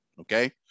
okay